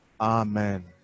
Amen